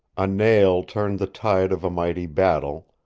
a nail turned the tide of a mighty battle,